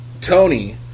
Tony